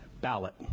ballot